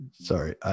Sorry